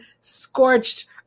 Scorched